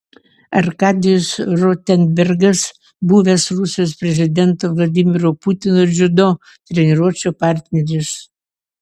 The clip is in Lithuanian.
arkadijus rotenbergas buvęs rusijos prezidento vladimiro putino dziudo treniruočių partneris